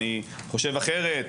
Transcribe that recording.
אני חושב אחרת,